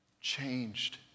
changed